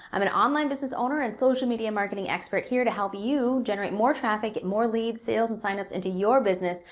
i'm an online business owner and social media marketing expert here to help you generate more traffic and more leads, sales, and sign ups into your business,